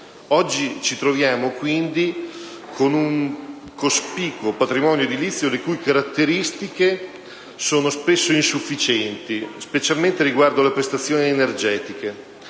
Oggi ci troviamo quindi con un cospicuo patrimonio edilizio le cui caratteristiche sono spesso insufficienti, specialmente riguardo alle prestazioni energetiche.